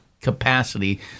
capacity